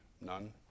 None